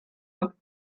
help